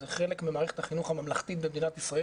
זה חלק ממערכת החינוך הממלכתית במדינת ישראל